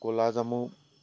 ক'লা জামু